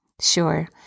sure